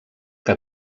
que